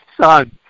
son